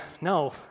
no